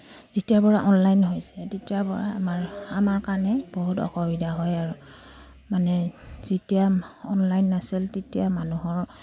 যেতিয়াৰপৰা অনলাইন হৈছে তেতিয়াৰপৰা আমাৰ আমাৰ কাৰণে বহুত অসুবিধা হয় আৰু মানে যেতিয়া অনলাইন নাছিল তেতিয়া মানুহৰ